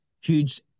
huge